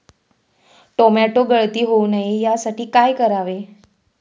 Tomato गळती होऊ नये यासाठी काय करावे?